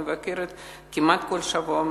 כמעט כל שבוע,